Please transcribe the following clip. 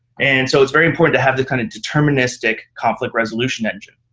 and so it's very important to have the kind of deterministic conflict resolution engine.